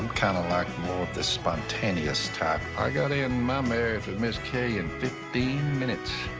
i'm kinda like more of the spontaneous type. i got in my marriage with miss kay in fifteen minutes.